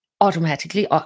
automatically